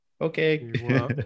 Okay